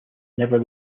never